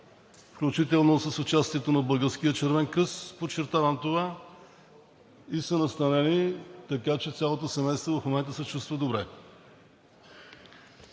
включително с участието на Българския червен кръст, подчертавам това, и са настанени, така че цялото семейство в момента се чувства добре.